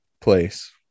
place